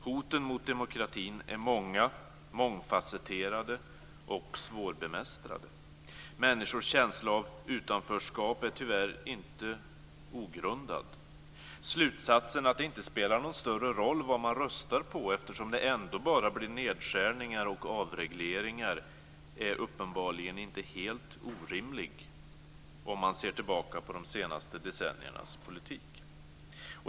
Hoten mot demokratin är många, mångfasetterade och svårbemästrade. Människors känsla av utanförskap är tyvärr inte ogrundad. Slutsatsen att det inte spelar någon större roll vad man röstar på eftersom det ändå bara blir nedskärningar och avregleringar är uppenbarligen inte helt orimlig om man ser tillbaka på de senaste decenniernas politik.